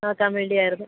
നോക്കാൻ വേണ്ടിയായിരുന്നു